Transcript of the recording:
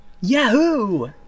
Yahoo